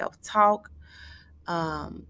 self-talk